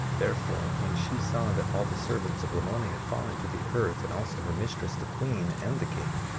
therefore, when she saw that all the servants of lamoni had fallen to the earth, and also her mistress, the queen, and the king,